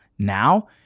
Now